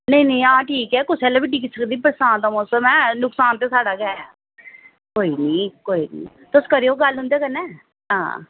नेईं नेईं हां ठीक ऐ कुसै बेल्लै बी डिग्गी सकदी बरसांत दा मौसम ऐ नुकसान ते साढ़ा गै ऐ कोई नी कोई नी तुस करेओ गल्ल उं'दे कन्नै हां